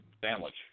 sandwich